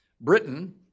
Britain